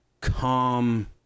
calm